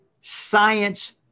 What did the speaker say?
science